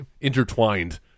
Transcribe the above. intertwined